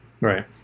Right